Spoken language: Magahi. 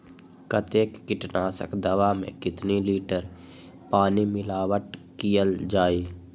कतेक किटनाशक दवा मे कितनी लिटर पानी मिलावट किअल जाई?